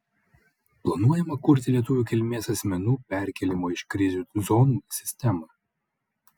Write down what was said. planuojama kurti lietuvių kilmės asmenų perkėlimo iš krizių zonų sistemą